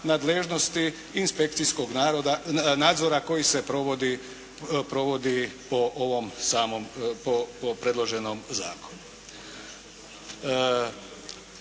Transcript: inspekcijskog nadzora koji se provodi po ovom samom,